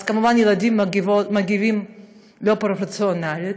אז כמובן ילדים מגיבים לא פרופורציונלית,